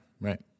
right